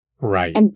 Right